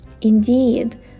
Indeed